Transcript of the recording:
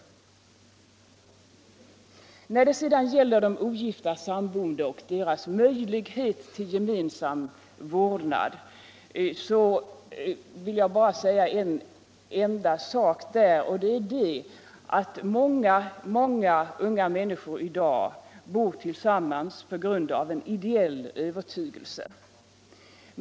När det sedan gäller de ogifta samboende och deras möjligheter till gemensam vårdnad vill jag bara säga en enda sak, nämligen att många människor i dag bor tillsammans på grund av en ideell övertygelse.